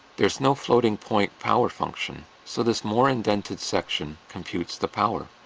there's no floating point power function, so this more indented section computes the power.